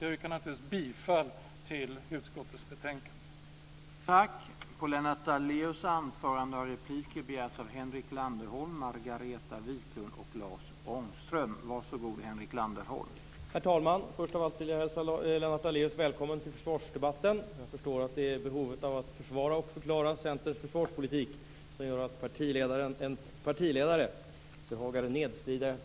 Jag yrkar bifall till utskottets hemställan i betänkandet.